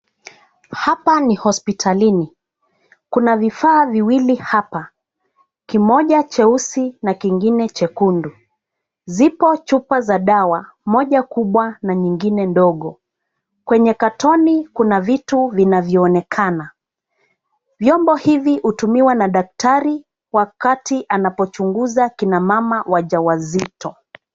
Hapa ni hospitalini, kuna vifaa viwili hapa, kimoja cheusi na kingine chekundu, ziko chupa za dawa moja kubwa na moja ndogo, kwenye katoni kuna vitu vinavyoonekana. Vyombo hivi hutumiwa na daktari wakati anapo chunguza kina mama wajawazito.